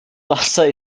wasser